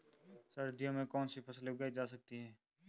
सर्दियों में कौनसी फसलें उगाई जा सकती हैं?